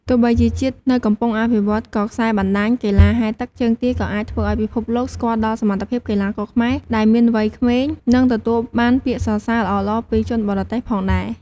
ទោះបីជាជាតិនៅកំពុងអភិវឌ្ឍ ក៏ខ្សែបណ្ដាញកីឡាហែលទឹកជើងទាក៏អាចធ្វើឱ្យពិភពលោកស្គាល់ដល់សមត្ថភាពកីឡាករខ្មែរដែលមានវ័យក្មេង និងទទួលបានពាក្យសរសេីរល្អៗពីជនបរទេសផងដែរ។